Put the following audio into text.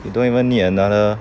you don't even need another